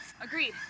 Agreed